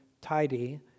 tidy